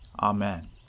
Amen